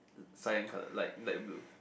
cut like light blue